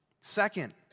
Second